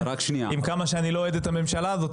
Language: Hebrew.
עם כמה שאני לא אוהד את הממשלה הזאת,